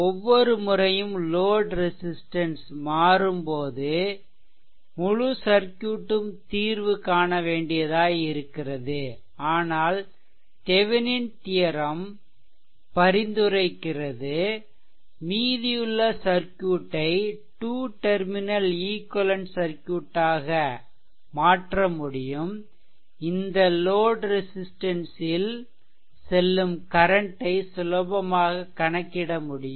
ஒவ்வொரு முறையும் load resistance மாறும்போதும் முழுசர்க்யூட்டும் தீர்வு காணவேண்டியதாய் இருக்கிறது ஆனால் தெவெனின் தியெரெம்Thevenin's theorem பரிந்துரைக்கிறது மீதியுள்ள சர்க்யூட்டை டூ டெர்மினல் ஈக்வெலென்ட் சர்க்யூட்டாக மாற்றமுடியும் இந்த லோட் ரெசிஸ்ட்டன்ஸ் ல் செல்லும் கரன்ட் ஐ சுலபமாக கணக்கிட முடியும்